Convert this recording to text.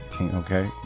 Okay